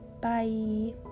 Bye